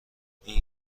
این